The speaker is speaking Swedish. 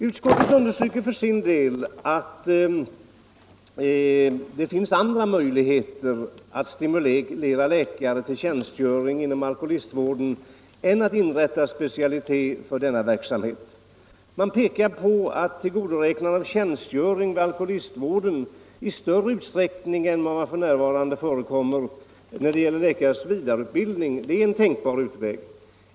Utskottet framhåller för sin del att det finns andra möjligheter att stimulera läkare till tjänstgöring inom alkoholistvården än att inrätta specialitet för denna verksamhet. Vi pekar på att tillgodoräknande av tjänstgöring i alkoholistvården i större utsträckning än vad som f.n. förekommer när det gäller läkares vidareutbildning är en tänkbar utväg.